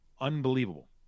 Unbelievable